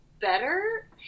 better